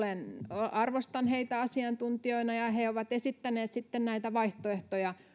arvostan heitä asiantuntijoina ja he ovat esittäneet vaihtoehtoja